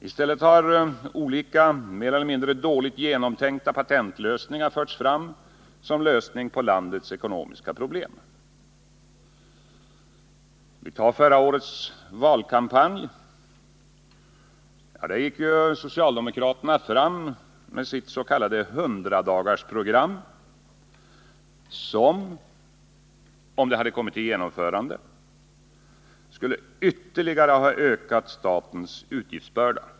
I stället har olika mer eller mindre dåligt genomtänkta patentlösningar förts fram som lösning på landets ekonomiska problem. I förra årets valkampanj gick socialdemokraterna fram med sitt s.k. hundradagarsprogram, som, om det genomförts, skulle ha ytterligare ökat statens utgiftsbörda.